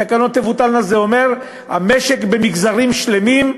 התקנות תבוטלנה, זה אומר שהמשק, במגזרים שלמים,